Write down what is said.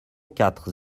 quatre